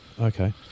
Okay